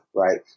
Right